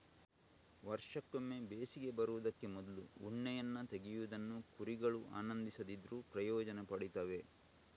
ವರ್ಷಕ್ಕೊಮ್ಮೆ ಬೇಸಿಗೆ ಬರುದಕ್ಕೆ ಮೊದ್ಲು ಉಣ್ಣೆಯನ್ನ ತೆಗೆಯುವುದನ್ನ ಕುರಿಗಳು ಆನಂದಿಸದಿದ್ರೂ ಪ್ರಯೋಜನ ಪಡೀತವೆ